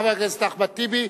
חבר הכנסת אחמד טיבי,